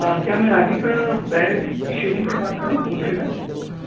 क्या मैं Radhika bed showroom से बात कर रहा हूँ हॉलसेलर